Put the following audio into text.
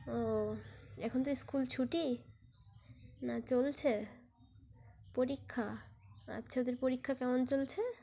ও এখন তো স্কুল ছুটি না চলছে পরীক্ষা আচ্ছা ওদের পরীক্ষা কেমন চলছে